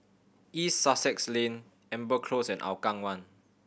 East Sussex Lane Amber Close and Hougang One